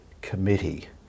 committee